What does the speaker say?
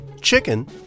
chicken